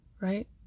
Right